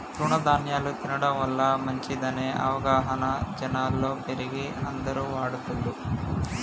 తృణ ధ్యాన్యాలు తినడం వల్ల మంచిదనే అవగాహన జనాలలో పెరిగి అందరు వాడుతున్లు